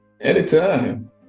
Anytime